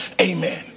Amen